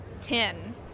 Ten